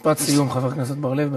משפט סיום, חבר הכנסת בר-לב.